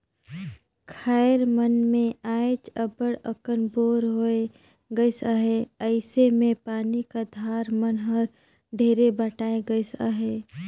खाएर मन मे आएज अब्बड़ अकन बोर होए गइस अहे अइसे मे पानी का धार मन हर ढेरे बटाए गइस अहे